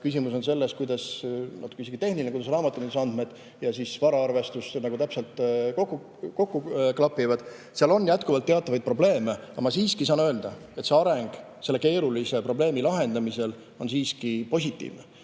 küsimus on natuke isegi tehniline, kuidas raamatupidamise andmed ja varaarvestus täpselt kokku klapivad. Seal on jätkuvalt teatavaid probleeme. Aga ma siiski saan öelda, et areng selle keerulise probleemi lahendamisel on siiski positiivne.